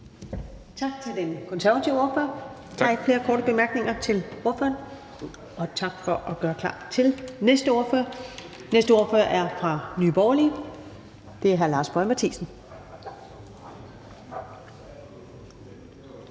korte bemærkninger til ordføreren – og tak for at gøre klar til næste ordfører. Næste ordfører er fra Nye Borgerlige. Det er hr. Lars Boje Mathiesen.